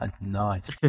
Nice